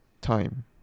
time